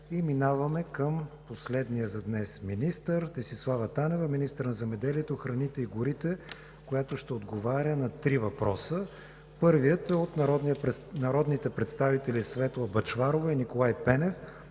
Минаваме към последния за днес министър – Десислава Танева – министър на земеделието, храните и горите, която ще отговаря на три въпроса. Първият е от народните представители Светла Бъчварова и Николай Пенев